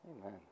Amen